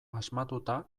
asmatuta